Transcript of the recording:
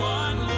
one